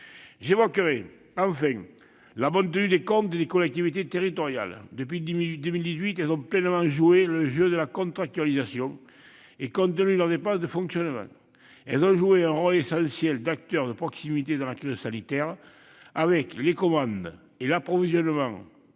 à souligner la bonne tenue des comptes des collectivités territoriales. Depuis 2018, elles ont pleinement joué le jeu de la contractualisation et contenu leurs dépenses de fonctionnement. Elles ont joué un rôle essentiel d'acteurs de proximité dans la crise sanitaire, en commandant et en assurant l'approvisionnement